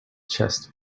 chest